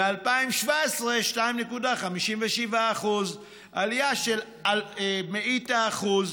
ב-2017, 2.57%. עלייה של מאית האחוז.